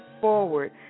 forward